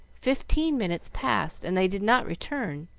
fifteen minutes passed, and they did not return.